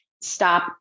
stop